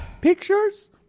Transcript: pictures